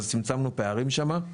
אז צמצמנו פערים שם.